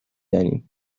دانیم